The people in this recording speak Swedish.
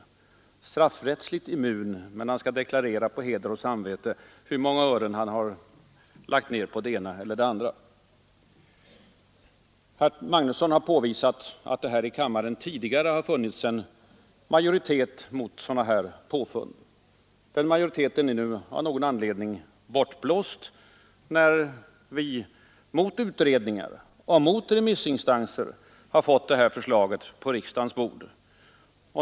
Kungen skall vara straffrättsligt immun, men han skall deklarera på heder och samvete hur många ören han har lagt ned för det ena eller det andra ändamålet. Herr Magnusson i Borås har påvisat att det tidigare i kammaren har funnits en majoritet mot sådana påfund. Den majoriteten är nu av någon anledning bortblåst när vi — mot utredningar och remissinstanser — har fått detta förslag på riksdagens bord.